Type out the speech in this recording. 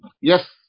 Yes